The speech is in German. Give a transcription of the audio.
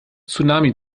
tsunami